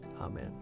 Amen